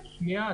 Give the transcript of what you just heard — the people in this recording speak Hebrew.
רק רגע.